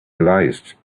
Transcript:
realized